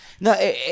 No